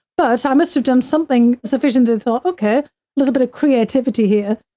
but i must have done something sufficiently thorough, okay, a little bit of creativity here.